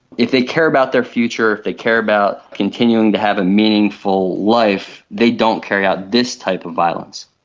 if they care about their future, if they care about continuing to have a meaningful life, they don't carry out this type of violence.